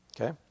okay